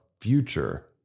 future